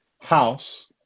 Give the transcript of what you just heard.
house